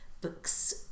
books